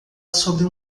sobre